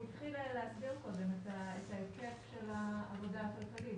הוא התחיל להסביר קודם את ההיקף של העבודה הכלכלית.